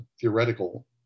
theoretical